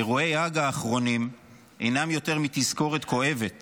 אירועי האג האחרונים אינם יותר מתזכורת כואבת